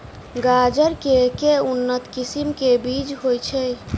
गाजर केँ के उन्नत किसिम केँ बीज होइ छैय?